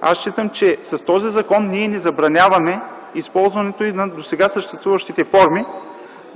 Аз считам, че с този закон ние не забраняваме използването на досега съществуващите форми